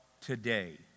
today